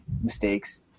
mistakes